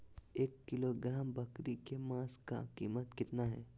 एक किलोग्राम बकरी के मांस का कीमत कितना है?